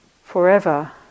forever